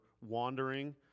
wandering